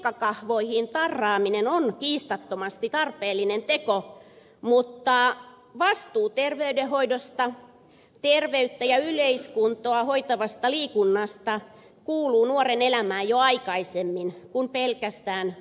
asevelvollisten jenkkakahvoihin tarraaminen on kiistattomasti tarpeellinen teko mutta vastuu terveydenhoidosta terveyttä ja yleiskuntoa hoitavasta liikunnasta kuuluu nuoren elämään jo aikaisemmin kuin vasta varusmiesvaiheessa